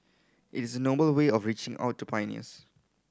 it is noble way of reaching out to pioneers